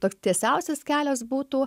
toks tiesiausias kelias būtų